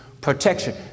protection